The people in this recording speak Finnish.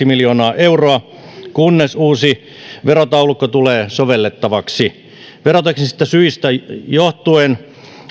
miljoonaa euroa kunnes uusi verotaulukko tulee sovellettavaksi veroteknisistä syistä johtuen